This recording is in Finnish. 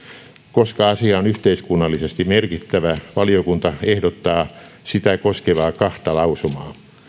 koska asia on yhteiskunnallisesti merkittävä valiokunta ehdottaa kahta sitä koskevaa lausumaa